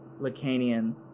Lacanian